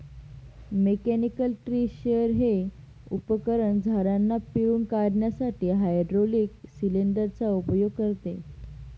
mechanical tree shaker हे उपकरण झाडांना पिळून काढण्यासाठी हायड्रोलिक सिलेंडर चा उपयोग करते